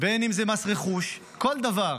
בין אם זה מס רכוש, כל דבר